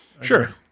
Sure